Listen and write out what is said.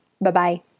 Bye-bye